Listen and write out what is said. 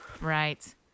Right